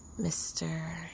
Mr